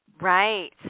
Right